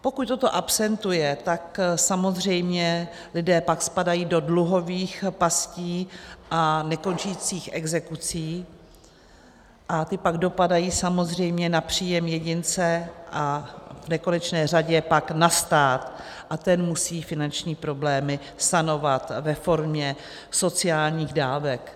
Pokud toto absentuje, tak samozřejmě lidé pak spadají do dluhových pastí a nekončících exekucí a ty pak dopadají samozřejmě na příjem jedince a v konečné řadě pak na stát a ten musí finanční problémy sanovat ve formě sociálních dávek.